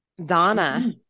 Donna